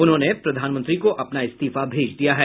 उन्होंने प्रधानमंत्री को अपना इस्तीफा भेज दिया है